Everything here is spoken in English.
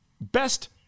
best